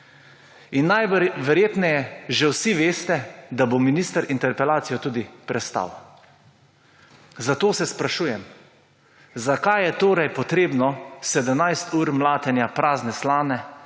Najverjetneje že vsi veste, da bo minister interpelacijo tudi prestal. Zato se sprašujem, zakaj je torej potrebno 17 ur mlatenja prazne slame,